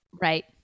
Right